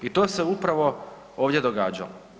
I to se upravo ovdje događalo.